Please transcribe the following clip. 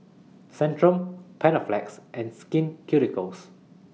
Centrum Panaflex and Skin Ceuticals